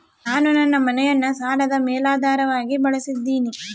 ನಾನು ನನ್ನ ಮನೆಯನ್ನ ಸಾಲದ ಮೇಲಾಧಾರವಾಗಿ ಬಳಸಿದ್ದಿನಿ